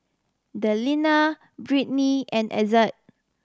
Delina Brittnie and Ezzard